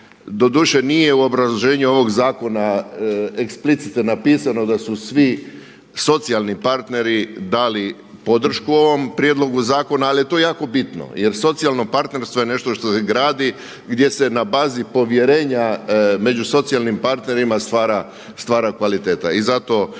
Doduše nije u obrazloženju ovog zakona eksplicite napisano da su svi socijalni partneri dali podršku ovom prijedlogu zakona ali je to jako bitno jer socijalno partnerstvo je nešto što se gradi, gdje se na bazi povjerenja među socijalnim partnerima stvara kvaliteta.